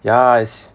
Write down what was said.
ya